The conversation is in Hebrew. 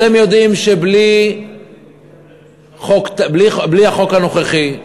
אתם יודעים שבלי החוק הנוכחי,